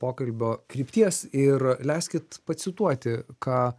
pokalbio krypties ir leiskit pacituoti ką